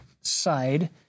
side